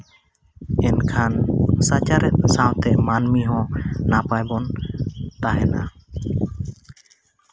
ᱢᱮᱱᱠᱷᱟᱱ ᱥᱟᱪᱟᱨᱦᱮᱫ ᱥᱟᱶᱛᱮ ᱢᱟᱹᱱᱢᱤ ᱦᱚᱸ ᱱᱟᱯᱟᱭ ᱵᱚᱱ ᱛᱟᱦᱮᱱᱟ